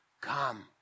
come